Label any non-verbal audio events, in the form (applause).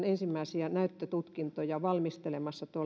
(unintelligible) ensimmäisiä näyttötutkintoja valmistelemassa